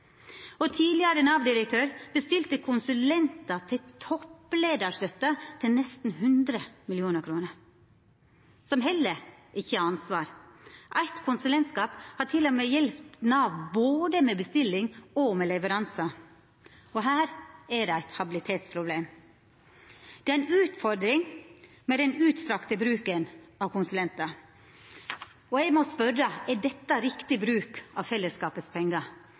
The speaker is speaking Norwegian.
Tidlegare Nav-direktør bestilte konsulentar til toppleiarstøtte til nesten 100 mill. kr, som heller ikkje hadde ansvar. Eit konsulentselskap har til og med hjelpt Nav både med bestilling og med leveransar. Her er det eit habilitetsproblem. Det er ei utfordring med den utstrekte bruken av konsulentar. Eg må spørja: Er dette riktig bruk av fellesskapets pengar?